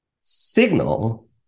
signal